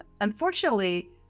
Unfortunately